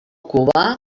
cubà